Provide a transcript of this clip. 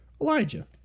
Elijah